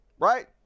right